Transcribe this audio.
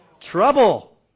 Trouble